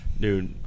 dude